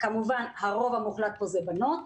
כמובן שהרוב המוחלט פה הוא בנות.